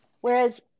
Whereas